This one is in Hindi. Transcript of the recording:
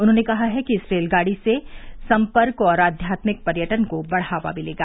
उन्होंने कहा है कि इस रेलगाड़ी से सम्पर्क और आध्यात्मिक पर्यटन को बढ़ावा मिलेगा